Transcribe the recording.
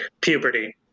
puberty